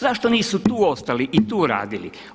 Zašto nisu tu ostali i tu radili?